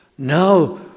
Now